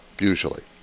usually